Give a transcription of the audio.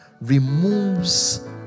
removes